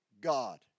God